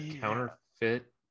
counterfeit